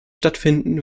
stattfinden